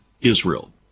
Israel